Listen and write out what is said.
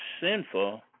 sinful